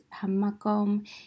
Hamakom